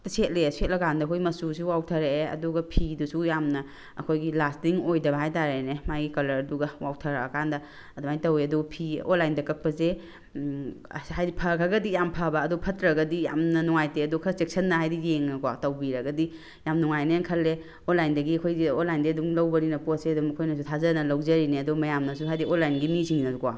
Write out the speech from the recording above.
ꯇ ꯁꯦꯠꯂꯦ ꯁꯦꯠꯂꯀꯥꯟꯗ ꯑꯩꯈꯣꯏ ꯃꯆꯨꯁꯨ ꯋꯥꯎꯊꯔꯛꯑꯦ ꯑꯗꯨꯒ ꯐꯤꯗꯨꯁꯨ ꯌꯥꯝꯅ ꯑꯩꯈꯣꯏꯒꯤ ꯂꯥꯁꯇꯤꯡ ꯑꯣꯏꯗꯕ ꯍꯥꯏꯇꯥꯔꯦꯅꯦ ꯃꯥꯒꯤ ꯀꯂꯔ ꯗꯨꯒ ꯋꯥꯎꯊꯔꯛꯑꯀꯥꯟꯗ ꯑꯗꯨꯃꯥꯏꯅ ꯇꯧꯋꯦ ꯑꯗꯣ ꯐꯤ ꯑꯣꯟꯂꯥꯏꯟꯗ ꯀꯛꯄꯁꯦ ꯍꯥꯏꯗꯤ ꯐꯈ꯭ꯔꯒꯗꯤ ꯌꯥꯝ ꯐꯕ ꯑꯗꯣ ꯐꯠꯇ꯭ꯔꯒꯗꯤ ꯌꯥꯝꯅ ꯅꯨꯡꯉꯥꯏꯇꯦ ꯑꯗꯣ ꯈꯔ ꯆꯦꯛꯁꯤꯟꯅ ꯍꯥꯏꯗꯤ ꯌꯦꯡꯉꯒ ꯀꯣ ꯇꯧꯕꯤꯔꯒꯗꯤ ꯌꯥꯝ ꯅꯨꯡꯉꯥꯏꯅꯦ ꯈꯜꯂꯦ ꯑꯣꯟꯂꯥꯏꯟꯗꯒꯤ ꯑꯩꯈꯣꯏꯁꯦ ꯑꯣꯟꯂꯥꯏꯟꯗꯒꯤ ꯑꯗꯨꯝ ꯂꯧꯕꯅꯤꯅ ꯄꯣꯠꯁꯦ ꯑꯗꯨꯝ ꯑꯩꯈꯣꯏꯅꯁꯨ ꯊꯥꯖꯅ ꯂꯧꯖꯔꯤꯅꯦ ꯑꯗꯣ ꯃꯌꯥꯝꯅꯁꯨ ꯍꯥꯏꯗꯤ ꯑꯣꯟꯂꯥꯏꯟꯒꯤ ꯃꯤꯁꯤꯡꯅꯁꯨꯀꯣ